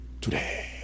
today